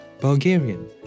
Bulgarian